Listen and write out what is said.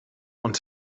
und